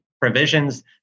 provisions